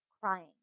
crying